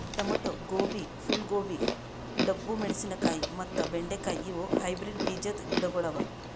tomato, ಗೋಬಿ, ಫೂಲ್ ಗೋಬಿ, ಡಬ್ಬು ಮೆಣಶಿನಕಾಯಿ ಮತ್ತ ಬೆಂಡೆ ಕಾಯಿ ಇವು ಹೈಬ್ರಿಡ್ ಬೀಜದ್ ಗಿಡಗೊಳ್ ಅವಾ